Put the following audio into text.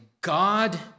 God